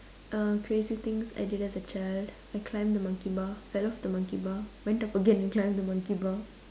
uh creative things I did as a child I climbed the monkey bar fell off the monkey bar went up again and climbed the monkey bar